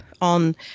on